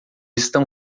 estão